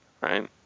right